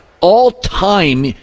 all-time –